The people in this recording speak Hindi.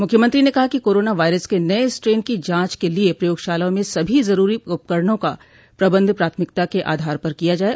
मुख्यमंत्री ने कहा कि कोरोना वायरस के नये स्ट्रेन की जांच के लिये प्रयोगशालाओं में सभी जरूरी उपकरणों का प्रबंध प्राथमिकता के आधार पर किया जाये